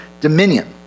dominion